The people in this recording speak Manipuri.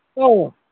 ꯎꯝ